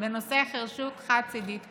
בנושא חירשות חד-צידית קבועה.